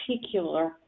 particular